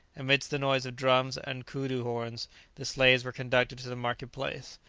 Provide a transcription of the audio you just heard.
amidst the noise of drums and coodoo-horns the slaves were conducted to the marketplace.